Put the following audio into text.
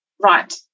right